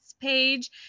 page